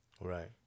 Right